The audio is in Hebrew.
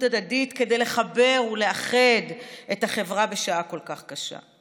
הדדית כדי לחבר ולאחד את החברה בשעה כל כך קשה?